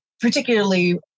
particularly